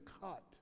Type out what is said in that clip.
cut